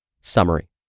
Summary